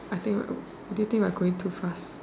I think do you think we are going too fast